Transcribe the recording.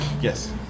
Yes